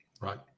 Right